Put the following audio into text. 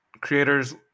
creators